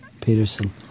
Peterson